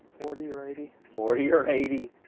forty or eighty. forty or eighty,